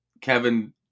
kevin